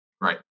right